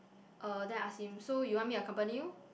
uh then I ask him so you want me accompany you